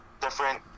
different